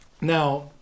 now